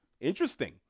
Interesting